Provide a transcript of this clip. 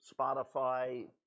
Spotify